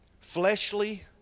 fleshly